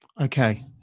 Okay